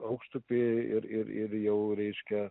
aukštupy ir ir jau reiškia